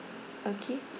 okay